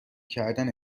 کردن